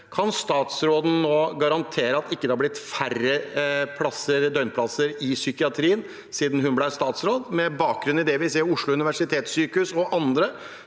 Kan statsråden nå garantere at det ikke har blitt færre døgnplasser i psykiatrien siden hun ble statsråd, med bakgrunn i det vi ser bl.a. ved Oslo universitetssykehus, som nå